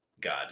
god